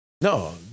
no